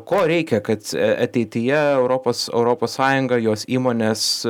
ko reikia kad ateityje europos europos sąjunga jos įmonės